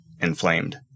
inflamed